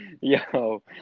Yo